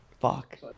fuck